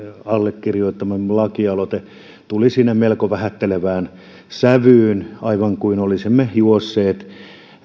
allekirjoittamamme lakialoite tuli siinä melko vähättelevään sävyyn aivan kuin olisimme juosseet